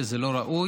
שזה לא ראוי.